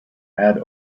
add